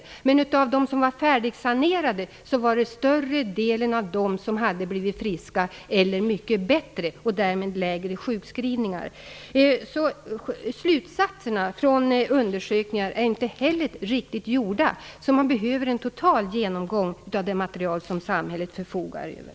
Större delen av dem som var färdigsanerade hade blivit friska eller mycket bättre. Sjukskrivningarna hade därmed blivit färre. Slutsatserna från undersökningarna har inte dragits på ett riktigt sätt. Man behöver en total genomgång av det material som samhället förfogar över.